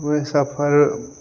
subway suffer